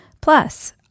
Plus